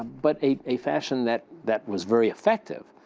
but a fashion that that was very effective.